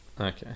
Okay